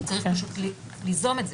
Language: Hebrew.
הוא צריך פשוט ליזום את זה.